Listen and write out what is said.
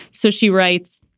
so she writes,